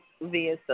via